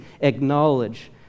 acknowledge